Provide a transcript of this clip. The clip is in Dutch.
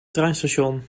treinstation